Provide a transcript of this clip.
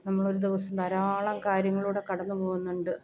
നമ്മൾ ഒരു ദിവസം ധാരാളം കാര്യങ്ങളിലൂടെ കടന്ന് പോകുന്നുണ്ട്